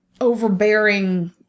overbearing